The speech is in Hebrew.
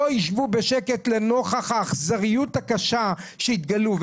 יישבו בשקט לנוכח האכזריות הקשה שיתגלו.